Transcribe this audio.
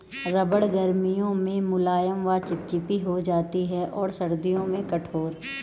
रबड़ गर्मियों में मुलायम व चिपचिपी हो जाती है और सर्दियों में कठोर